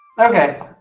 Okay